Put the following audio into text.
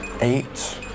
eight